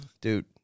Dude